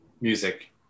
Music